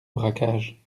braquage